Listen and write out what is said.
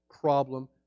problem